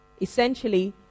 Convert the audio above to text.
essentially